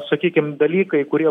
sakykim dalykai kurie